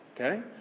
okay